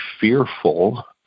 fearful